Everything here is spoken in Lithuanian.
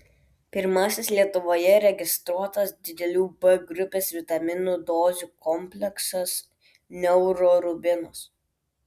pirmasis lietuvoje registruotas didelių b grupės vitaminų dozių kompleksas neurorubinas